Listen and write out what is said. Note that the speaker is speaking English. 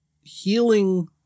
healing